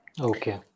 okay